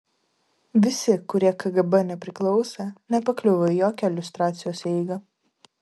visi kurie kgb nepriklausė nepakliuvo į jokią liustracijos eigą